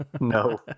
No